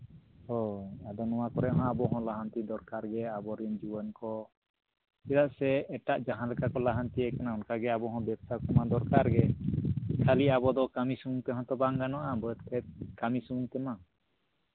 ᱦᱳᱭ ᱟᱫᱚ ᱱᱚᱣᱟ ᱠᱚᱨᱮ ᱦᱚᱸ ᱟᱵᱚ ᱦᱚᱸ ᱞᱟᱦᱟᱱᱛᱤ ᱫᱚᱨᱠᱟᱨ ᱜᱮ ᱟᱵᱚ ᱨᱤᱱ ᱡᱩᱣᱟᱹᱱ ᱠᱚ ᱪᱮᱫᱟᱜ ᱥᱮ ᱮᱴᱟᱜ ᱡᱟᱦᱟᱸ ᱞᱮᱠᱟ ᱠᱚ ᱞᱟᱦᱟᱱᱛᱤᱭᱟᱠᱟᱱᱟ ᱚᱱᱠᱟ ᱜᱮ ᱟᱵᱚ ᱦᱚᱸ ᱵᱮᱵᱥᱟ ᱠᱚᱢᱟ ᱫᱚᱨᱠᱟᱨ ᱜᱮ ᱠᱷᱟᱹᱞᱤ ᱟᱵᱚ ᱫᱚ ᱠᱟᱹᱢᱤ ᱥᱩᱢᱩᱝ ᱛᱮᱦᱚᱸ ᱛᱚ ᱵᱟᱝ ᱜᱟᱱᱚᱜᱼᱟ ᱵᱟᱹᱛ ᱠᱷᱮᱛ ᱠᱟᱹᱢᱤ ᱥᱩᱢᱩᱝ ᱛᱮᱢᱟ